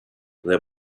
there